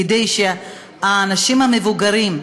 כדי שהאנשים המבוגרים,